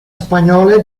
spagnole